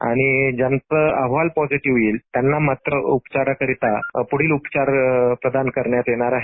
आणि ज्यांचा अहवाल पॉझिटीव्ह येईल त्यांना मात्र पुढील उपचार प्रदान करण्यात येणार आहेत